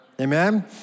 Amen